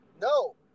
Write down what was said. no